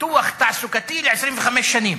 ביטוח תעסוקתי ל-25 שנים.